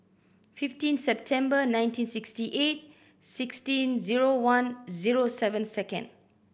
fifteen September nineteen sixty eight sixteen zero one zero seven second